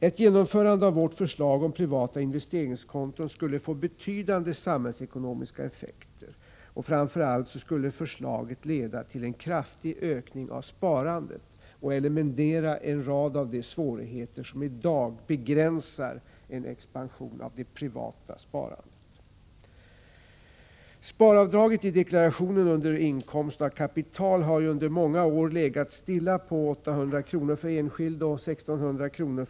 Ett genomförande av vårt förslag om privata investeringskonton skulle få betydande samhällsekonomiska effekter. Framför allt skulle förslaget leda till en kraftig ökning av sparandet och eliminera en rad av de svårigheter som i dag begränsar en expansion av det privata sparandet. Sparavdraget i deklarationen under inkomst av kapital har under många år legat stilla på 800 kr. för enskild och 1 600 kr.